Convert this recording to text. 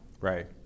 right